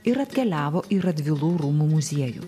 ir atkeliavo į radvilų rūmų muziejų